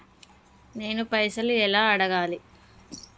నేను పైసలు ఎలా అడగాలి?